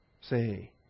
Say